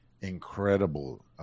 incredible